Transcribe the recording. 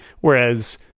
whereas